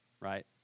right